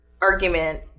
argument